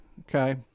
okay